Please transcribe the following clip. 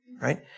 Right